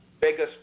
biggest